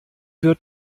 wird